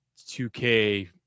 2K